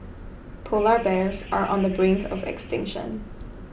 Polar Bears are on the brink of extinction